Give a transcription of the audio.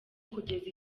kugeza